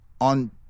On